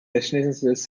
destinations